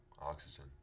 oxygen